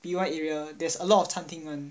B one area there's a lot of 餐厅 [one]